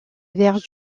vers